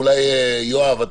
ויואב,